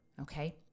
Okay